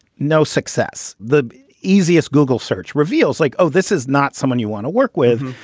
no success. the easiest google search reveals like, oh, this is not someone you want to work with,